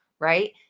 Right